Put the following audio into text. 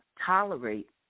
tolerate